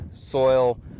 soil